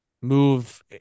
Move